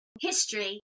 history